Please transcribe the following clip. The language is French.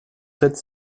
sept